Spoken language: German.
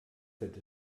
hätte